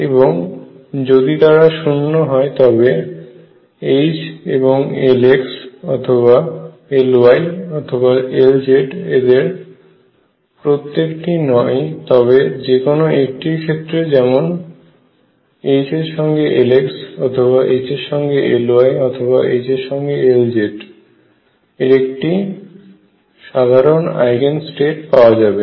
এবং যদি তারা শূন্য হয় তবে H এবং Lx অথবা Ly অথবা Lz এদের প্রত্যেকটি নয় তবে যে কোন একটির ক্ষেত্রে যেমন H এর সঙ্গে Lx অথবা H এর সঙ্গে Ly অথবা H এর সঙ্গে Lz এর একটি সাধারণ আইগেন স্টেট পাওয়া যাবে